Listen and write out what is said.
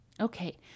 Okay